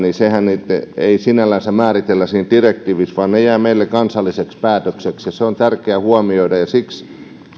nyt ei sinällänsä määritellä siinä direktiivissä vaan ne jäävät meille kansallisiksi päätöksiksi ja se on tärkeä huomioida siksi